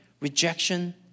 rejection